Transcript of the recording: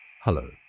Hello